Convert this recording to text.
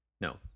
no